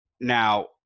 Now